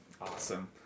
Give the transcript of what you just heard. Awesome